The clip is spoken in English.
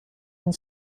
and